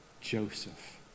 Joseph